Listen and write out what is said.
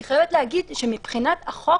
אני חייבת להגיד שמבחינת החוק,